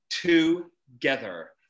together